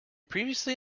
previously